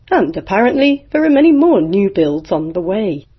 and apparently there are many more new builds on the way.